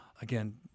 again